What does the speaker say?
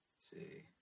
see